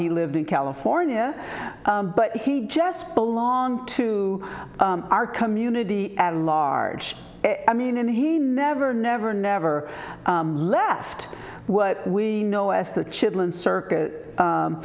he lived in california but he just belong to our community at large i mean and he never never never left what we know as the chitlin circuit